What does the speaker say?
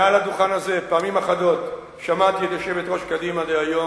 מעל הדוכן הזה פעמים אחדות שמעתי את יושבת-ראש קדימה דהיום,